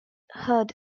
heard